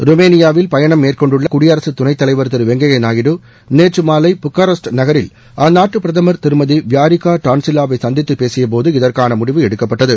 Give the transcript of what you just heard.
ருமேனியாவில் பயணம் மேற்கொண்டுள்ள குடியரசு துணைத்தலைவர் திரு வெங்கையா நாயுடு நேற்றுமாலை புக்காரஸ் நகரில் அந்நாட்டு பிரதமர் திருமதி வியாரிக்கா டான்சிலாவை சந்தித்து பேசியபோது இதற்கான முடிவு எடுக்கப்பட்டது